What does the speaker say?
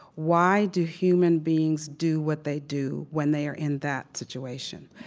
why do human beings do what they do when they're in that situation?